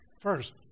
First